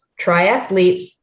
triathletes